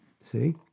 See